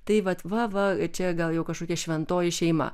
tai vat va va čia gal jau kažkokia šventoji šeima